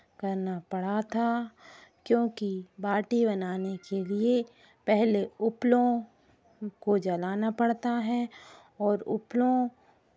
करना पड़ा था क्योंकि बाटी बनाने के लिए पहले उपलों को जलाना पड़ता है और उपलों